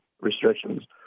restrictions